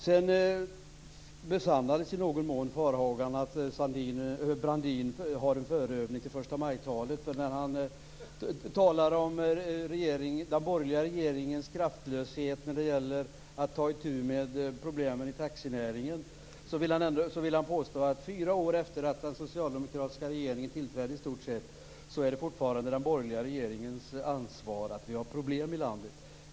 Sedan besannades i någon mån farhågan att Brandin hade en förövning till förstamajtalet när han talade om den borgerliga regeringens kraftlöshet när det gällde att ta itu med problemen i taxinäringen. Fyra år efter det att den socialdemokratiska regeringen tillträdde är det fortfarande den borgerliga regeringens ansvar att det finns problem i landet, påstod han.